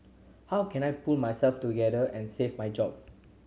how can I pull myself together and save my job